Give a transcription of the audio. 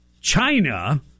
China